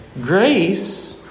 Grace